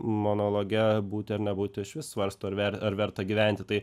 monologe būti ar nebūti išvis svarsto ar ver ar verta gyventi tai